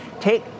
Take